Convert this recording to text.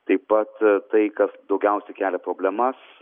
taip pat tai kas daugiausiai kelia problemas